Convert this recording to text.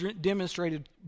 demonstrated